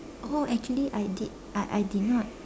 oh actually I did I I did not